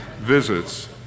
visits